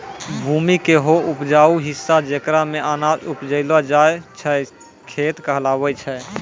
भूमि के हौ उपजाऊ हिस्सा जेकरा मॅ अनाज उपजैलो जाय छै खेत कहलावै छै